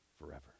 forever